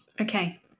Okay